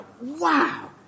wow